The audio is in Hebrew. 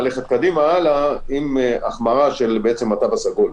עם החמרה של התו הסגול.